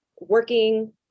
working